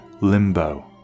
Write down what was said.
limbo